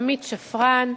עמית שפרן,